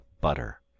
butter